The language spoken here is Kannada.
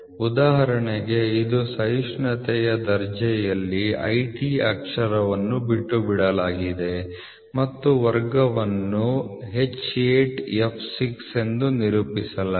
ಉದಾಹರಣೆಗೆ ಇದು ಸಹಿಷ್ಣುತೆಯ ದರ್ಜೆಯಲ್ಲಿ IT ಅಕ್ಷರವನ್ನು ಬಿಟ್ಟುಬಿಡಲಾಗಿದೆ ಮತ್ತು ವರ್ಗವನ್ನು H8 f6 ಎಂದು ನಿರೂಪಿಸಲಾಗಿದೆ